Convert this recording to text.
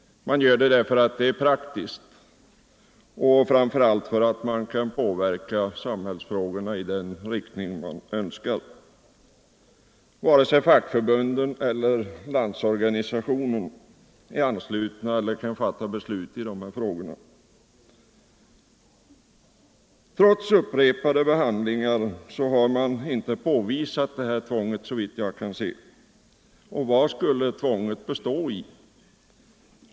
Den gör det därför att det är praktiskt och framför allt därför att den härigenom kan påverka samhällsfrågorna i den riktning den önskar. Varken fackförbunden eller Landsorganisationen är anslutna eller kan fatta beslut i dessa frågor. Trots upprepade behandlingar av detta spörsmål har man såvitt jag kan se inte kunnat påvisa något tvång. Och vad skulle tvånget bestå i?